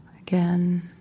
again